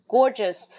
Gorgeous